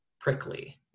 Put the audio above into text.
prickly